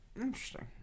interesting